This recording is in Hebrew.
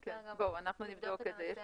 היו לנו דיונים מאוד מעמיקים בדבר הזה.